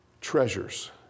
treasures